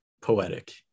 poetic